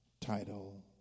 title